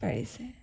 পাৰিছে